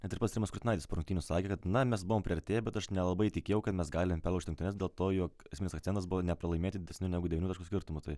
net ir pats rimas kurtinaitis po rungtynių sakė kad na mes buvom priartėję bet aš nelabai tikėjau kad mes galim perlaužt rungtynes dėl to jog esminis akcentas buvo nepralaimėti didesniu negu devynių taškų skirtumu tai